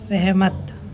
सहमत